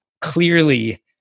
Clearly